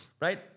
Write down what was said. right